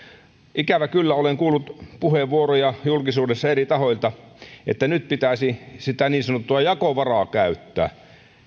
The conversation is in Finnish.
ikävä kyllä olen kuullut puheenvuoroja julkisuudessa eri tahoilta että nyt pitäisi sitä niin sanottua jakovaraa käyttää